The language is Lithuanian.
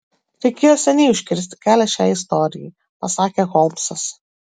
reikėjo seniai užkirsti kelią šiai istorijai pasakė holmsas